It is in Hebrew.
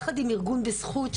יחד עם ארגון בזכות,